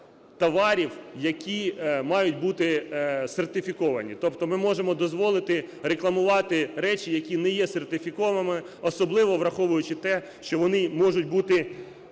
товарів, які мають бути сертифіковані, тобто ми можемо дозволити рекламувати речі, які не є сертифікованими, особливо, враховуючи те, що вони можуть бути,